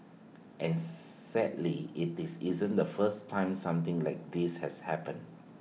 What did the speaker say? and sadly is this isn't the first time something like this has happened